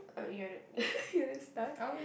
I mean you wanna you wanna start